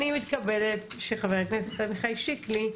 אני מתכבדת שחבר הכנסת עמיחי שיקלי,